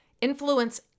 influence